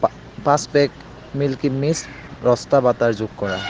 পা পাঁচ pack milky mist ৰষ্টা বাটাৰ যোগ কৰা